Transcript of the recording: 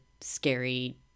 scary